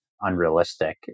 unrealistic